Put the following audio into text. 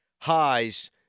Highs